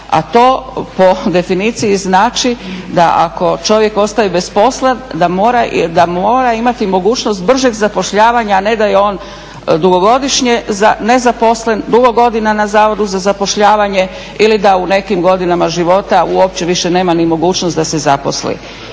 a to po definiciji znači da ako čovjek ostaje bez posla da mora imati mogućnost bržeg zapošljavanja a ne da je on dugogodišnje nezaposlen, dugo godina na zavodu za zapošljavanje ili da u nekim godinama života uopće više nema ni mogućnost da se zaposli.